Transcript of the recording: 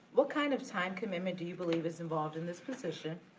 what kind of time commitment do you believe is involved in this position.